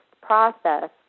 process